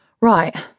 Right